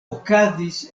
okazis